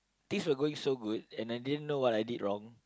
things were going so good and I didn't know what I did wrong